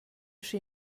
aschi